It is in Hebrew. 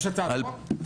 יש הצעת חוק?